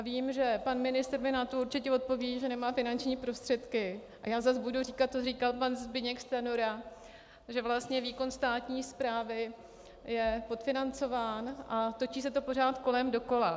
Vím, že pan ministr mi na to určitě odpoví, že nemá finanční prostředky, a já zase budu říkat, to říkal pan Zbyněk Stanjura, že výkon státní správy je podfinancován, a točí se to pořád kolem dokola.